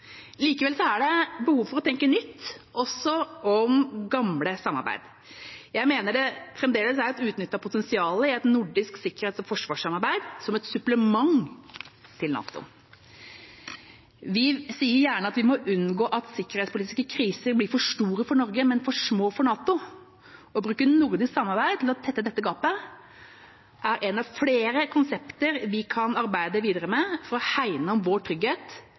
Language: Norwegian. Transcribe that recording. Likevel er det behov for å tenke nytt også om gamle samarbeid. Jeg mener det fremdeles er et uutnyttet potensial i et nordisk sikkerhets- og forsvarssamarbeid som et supplement til NATO. Vi sier gjerne at vi må unngå at sikkerhetspolitiske kriser blir for store for Norge, men for små for NATO. Å bruke nordisk samarbeid til å tette dette gapet er ett av flere konsepter vi kan arbeide videre med for å hegne om vår trygghet